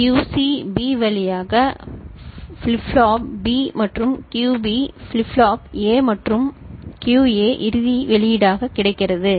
QC B வழியாக flop B மற்றும் QB flip flop A மற்றும் கியூஏ இறுதி வெளியீடாக கிடைக்கிறது